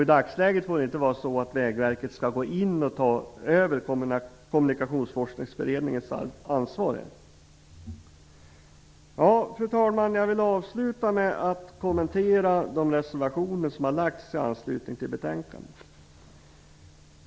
I dagsläget får det inte vara så att Vägverket skall gå in och ta över Kommunikationsforskningsberedningens ansvar. Fru talman! Jag vill avsluta med att kommentera de reservationer som finns i anslutning till betänkandet.